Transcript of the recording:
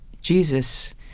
Jesus